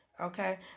Okay